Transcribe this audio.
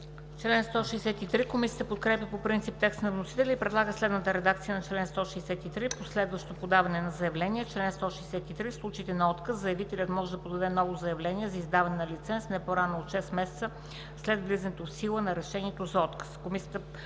СТОЯНОВА: Комисията подкрепя по принцип текста на вносителя и предлага следната редакция на чл. 163: „Последващо подаване на заявление Чл. 163. В случаите на отказ заявителят може да подаде ново заявление за издаване на лиценз не по-рано от 6 месеца след влизането в сила на решението за отказ.“